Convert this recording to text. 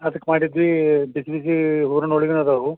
ಅದಕ್ ಮಾಡಿದ್ವಿ ಬಿಸಿ ಬಿಸಿ ಹೂರ್ಣ ಹೋಳಿಗೆನೂ ಅದಾವೆ